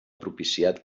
propiciat